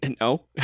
No